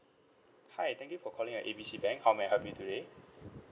hi thank you for calling uh A B C bank how may I help you today